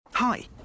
Hi